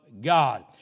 God